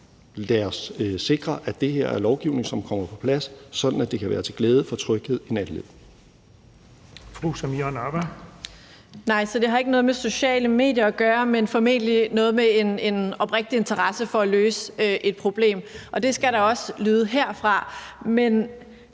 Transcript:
os sikre, at det her er lovgivning, der kommer på plads, sådan at det kan være til gavn for tryghed i nattelivet.